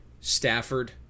Stafford